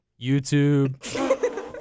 YouTube